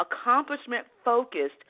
accomplishment-focused